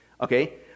Okay